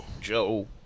Joe